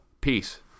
Peace